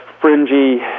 fringy